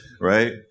right